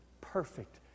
perfect